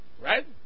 right